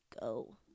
go